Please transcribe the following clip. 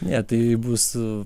ne tai bus